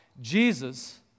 Jesus